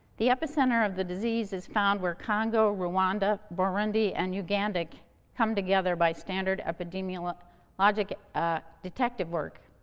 the epicenter of the disease is found where congo, rwanda, burundi and uganda come together by standard epidemiologic um like ah detective work.